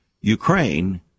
Ukraine